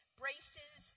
braces